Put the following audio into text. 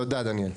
תודה דניאל.